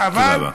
תודה רבה.